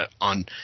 on